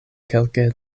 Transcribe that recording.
kelke